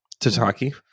Tataki